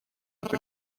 эту